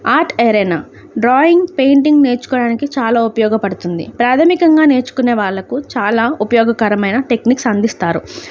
art arena drawing painting నేర్చుకోవడానికి చాలా ఉపయోగపడుతుంది ప్రాథమికంగా నేర్చుకునే వాళ్ళకు చాలా ఉపయోగకరమైన టెక్నిక్స్ అందిస్తారు